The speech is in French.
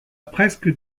presque